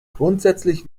grundsätzlich